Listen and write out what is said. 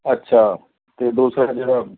ਅੱਛਾ ਅਤੇ ਦੂਸਰਾ ਜਿਹੜਾ